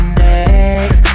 next